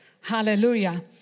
Hallelujah